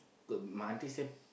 uh my aunty say